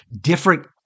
different